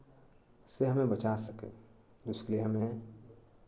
इससे हमें बचा सके उसके लिए हमें